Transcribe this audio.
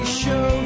show